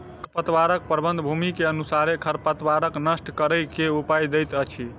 खरपतवार प्रबंधन, भूमि के अनुसारे खरपतवार नष्ट करै के उपाय दैत अछि